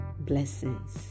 Blessings